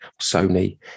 sony